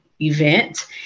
event